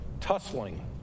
tussling